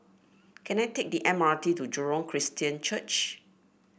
can I take the M R T to Jurong Christian Church